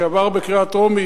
שעבר בקריאה טרומית,